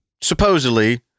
supposedly